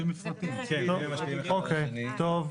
אוקיי, טוב.